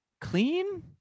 clean